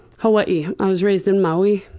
hawaii. i was raised in maui,